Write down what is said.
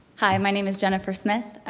hi, my name is jennifer smith.